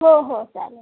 हो हो चालेल